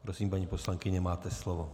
Prosím, paní poslankyně, máte slovo.